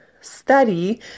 study